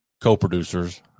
co-producers